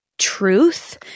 truth